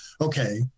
okay